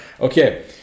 Okay